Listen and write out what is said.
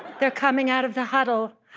they're coming out of the huddle.